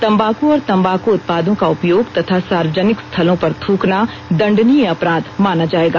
तम्बाक और तम्बाक उत्पातदों का उपयोग तथा सार्वजनिक स्थलों पर थ्रकना दंडनीय अपराध माना जाएगा